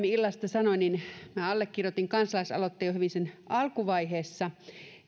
illasta sanoin minä allekirjoitin kansalaisaloitteen jo hyvin sen alkuvaiheessa